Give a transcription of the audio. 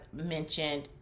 mentioned